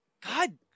God